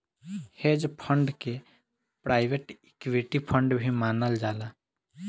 hedge fund के private equity fund भी मानल जाला